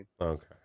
okay